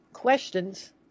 questions